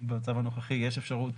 במצב הנוכחי יש אפשרות